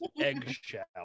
eggshell